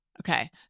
Okay